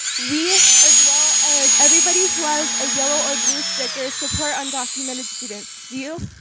we as well as everybody who has a yellow or blue sticker support undocumented students. do you?